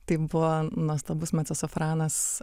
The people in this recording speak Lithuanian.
tai buvo nuostabus mecosofranas